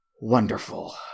Wonderful